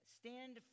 stand